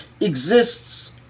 exists